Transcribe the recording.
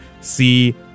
see